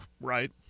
Right